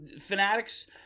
Fanatics